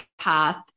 path